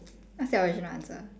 what's your original answer